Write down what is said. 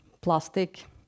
plastic